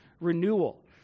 renewal